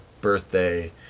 birthday